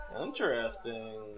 Interesting